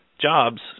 jobs